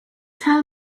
tell